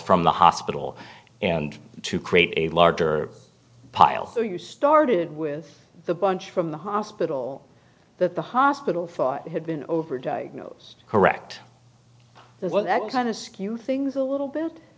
from the hospital and to create a larger pile so you started with the bunch from the hospital that the hospital had been overdiagnosed correct that kind of skew things a little bit